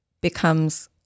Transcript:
becomes